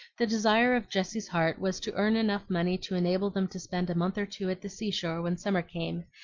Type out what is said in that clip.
the desire of jessie's heart was to earn eneugh money to enable them to spend a month or two at the seashore when summer came,